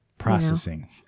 processing